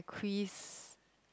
quiz